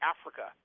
Africa